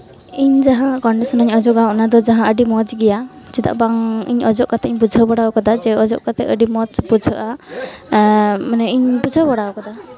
ᱤᱧ ᱡᱟᱦᱟᱸ ᱠᱚᱱᱰᱤᱥᱳᱱᱟᱨ ᱚᱡᱚᱜᱟ ᱚᱱᱟ ᱫᱚ ᱡᱟᱦᱟᱸ ᱟᱹᱰᱤ ᱢᱚᱡᱽ ᱜᱮᱭᱟ ᱪᱮᱫᱟᱜ ᱵᱟᱝ ᱤᱧ ᱚᱡᱚᱜ ᱠᱟᱛᱮ ᱵᱩᱡᱷᱟᱹᱣ ᱵᱟᱲᱟ ᱠᱟᱫᱟ ᱡᱮ ᱡᱮ ᱚᱡᱚᱜ ᱠᱟᱛᱮ ᱟᱹᱰᱤ ᱢᱚᱡᱽ ᱵᱩᱡᱷᱟᱹᱜᱼᱟ ᱢᱟᱱᱮ ᱤᱧ ᱵᱩᱡᱷᱟᱹᱣ ᱵᱟᱲᱟ ᱠᱟᱫᱟ